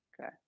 Okay